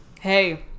Hey